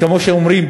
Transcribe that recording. כמו שאומרים,